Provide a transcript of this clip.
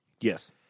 Yes